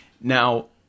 Now